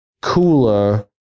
cooler